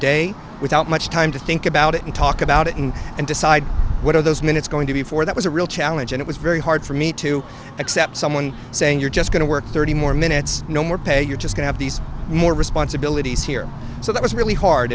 day without much time to think about it and talk about it and and decide what are those minutes going to be for that was a real challenge and it was very hard for me to accept someone saying you're just going to work thirty more minutes no more pay you're just have these more responsibilities here so that was really hard